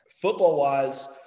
Football-wise